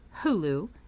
Hulu